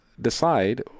decide